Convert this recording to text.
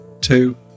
two